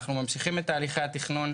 אנחנו ממשיכים את תהליכי התכנון,